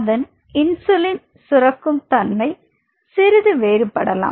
அதன் இன்சுலின் சுரக்கும் தன்மை சிறிது வேறுபடலாம்